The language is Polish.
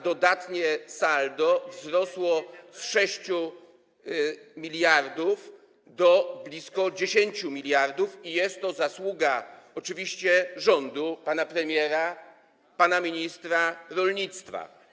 Dodatnie saldo wzrosło z 6 mld do blisko 10 mld i jest to zasługa oczywiście rządu pana premiera, pana ministra rolnictwa.